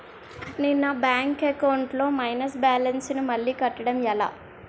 నేను నా bank account లొ మైనస్ బాలన్స్ ను మళ్ళీ కట్టడం ఎలా?